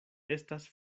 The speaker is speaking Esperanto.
estas